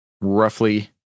roughly